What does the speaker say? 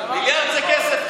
מיליארד זה כסף קטן.